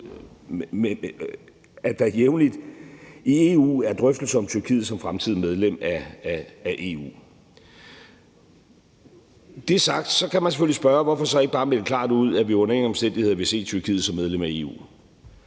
er der jævnligt drøftelser om Tyrkiet som fremtidigt medlem af EU.« Det sagt kan man selvfølgelig spørge, hvorfor vi så ikke bare melder klart ud, at vi under ingen omstændigheder vil se Tyrkiet som medlem af EU.